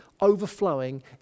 overflowing